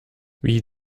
wie